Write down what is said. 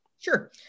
Sure